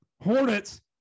Hornets